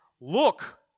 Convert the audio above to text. look